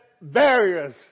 barriers